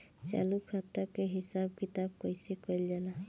चालू खाता के हिसाब किताब कइसे कइल जाला?